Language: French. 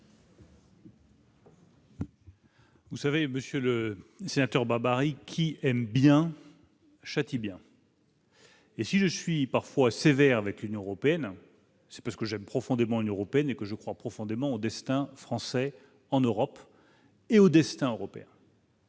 Vous savez, Monsieur le Sénateur, Barry, qui aiment bien. Châtie bien. Et si je suis parfois sévères, avec une européenne, c'est parce que j'aime profondément européenne et que je crois profondément au destin français en Europe et au destin européen.